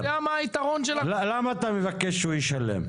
אתה יודע מה היתרון --- למה אתה מבקש שהוא ישלם?